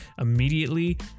immediately